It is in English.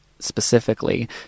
specifically